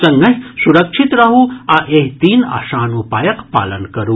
संगहि सुरक्षित रहू आ एहि तीन आसान उपायक पालन करू